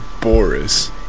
Boris